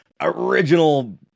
original